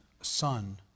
son